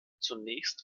zunächst